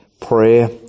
prayer